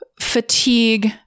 fatigue